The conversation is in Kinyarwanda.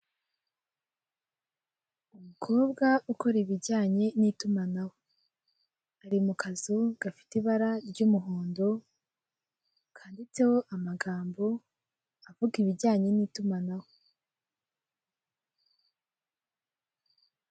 Umukobwa ukora ibijyanye n'itumanaho ari mu kazu gafite ibara ry'umuhondo kanditseho amagambo avuga ibijyanye n'itumanaho.